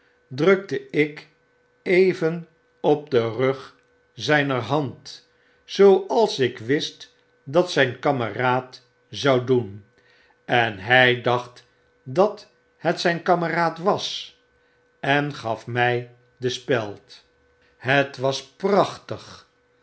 drukte ik even op den rug zyner hand zooals ik wist dat zyn kameraad zou doen en hij dacht dat het zijn kameraad was en gaf my de speld het wasprachtig